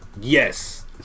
Yes